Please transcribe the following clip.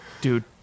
dude